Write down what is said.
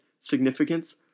significance